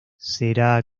será